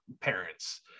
parents